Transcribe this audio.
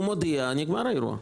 הוא מודיע, נגמר האירוע.